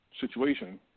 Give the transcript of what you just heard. situation